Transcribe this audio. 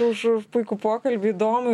už už puikų pokalbį įdomų